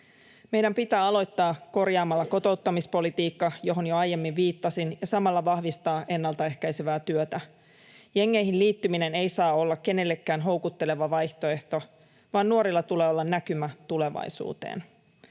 Meidän pitää aloittaa korjaamalla kotouttamispolitiikka, johon jo aiemmin viittasin, ja samalla vahvistaa ennaltaehkäisevää työtä. Jengeihin liittyminen ei saa olla kenellekään houkutteleva vaihtoehto, vaan nuorilla tulee olla näkymä tulevaisuuteen.